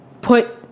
put